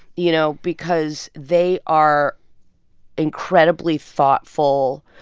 you know, because they are incredibly thoughtful,